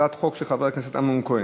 הצעת חוק של חבר הכנסת אמנון כהן,